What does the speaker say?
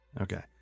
Okay